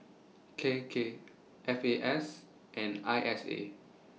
K K F A S and I S A